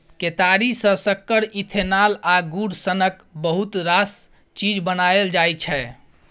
केतारी सँ सक्कर, इथेनॉल आ गुड़ सनक बहुत रास चीज बनाएल जाइ छै